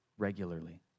regularly